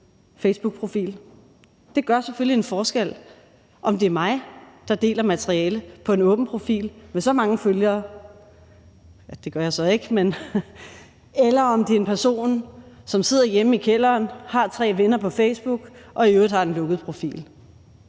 facebookprofil, og det gør selvfølgelig en forskel, om det er mig, der deler materialet på en åben profil med så mange følgere – det gør jeg så ikke, men alligevel – eller om det er en person, der sidder hjemme i kælderen, har tre venner på Facebook og i øvrigt har en lukket profil.